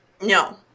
No